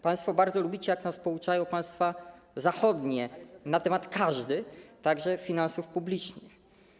Państwo bardzo lubicie, jak nas pouczają państwa zachodnie, na każdy temat, także finansów publicznych.